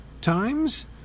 times